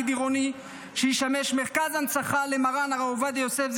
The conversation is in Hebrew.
עירוני שישמש מרכז הנצחה למרן הרב עובדיה יוסף,